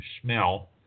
smell